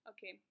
Okay